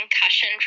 concussion